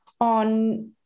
on